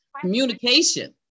communication